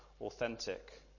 authentic